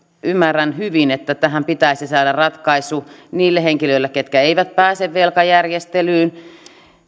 ymmärrän hyvin että tähän pitäisi saada ratkaisu niille henkilöille ketkä eivät pääse velkajärjestelyyn